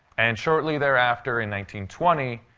and shortly thereafter, in one twenty,